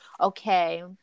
okay